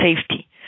safety